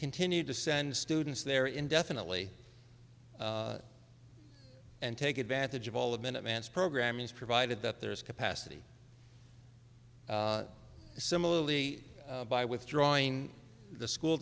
continue to send students there indefinitely and take advantage of all the minute man's programming is provided that there's capacity similarly by withdrawing the school